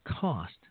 cost